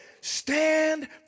stand